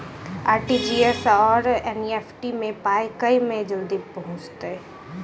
RTGS आओर NEFT मे पाई केँ मे जल्दी पहुँचत?